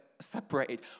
separated